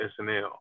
SNL